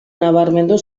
nabarmendu